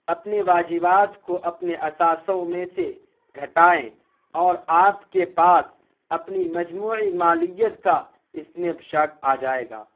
اپنے واجبات کو اپنے اثاثوں میں سے گھٹائیں اور آپ کے پاس اپنی مجموعی مالیت کا اسنیپ شاٹ آ جائے گا